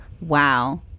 Wow